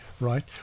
right